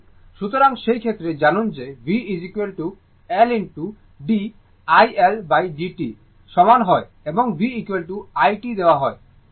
সুতরাং সেই ক্ষেত্রে জানুন যে V L d iLdt সমান হয় এবং V it দেওয়া হয় V Vm sin ω t